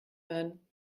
werden